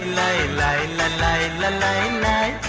nine nine nine nine nine nine